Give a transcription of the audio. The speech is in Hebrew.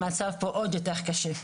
המצב פה עוד יותר קשה,